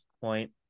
point